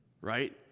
right